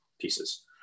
pieces